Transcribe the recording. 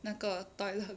那个 toilet